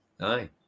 Aye